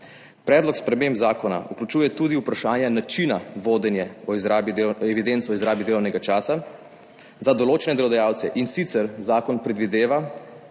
Predlog sprememb zakona vključuje tudi vprašanje načina vodenja evidenc o izrabi delovnega časa za določene delodajalce, in sicer, zakon predvideva